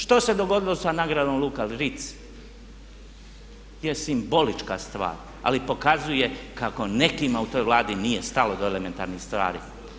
Drugo, što se dogodilo sa Nagradom Luka Ritz, je simbolička stvar ali pokazuje kako nekima u toj Vladi nije stalo do elementarnih stvari.